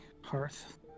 hearth